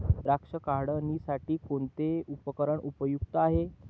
द्राक्ष काढणीसाठी कोणते उपकरण उपयुक्त आहे?